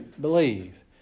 Believe